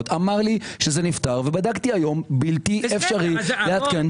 - אמר לי שזה נפתר ובדקתי היום בלתי אפשרי לעדכן.